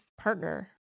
partner